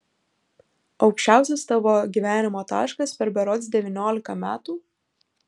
aukščiausias tavo gyvenimo taškas per berods devyniolika metų